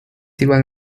iban